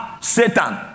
Satan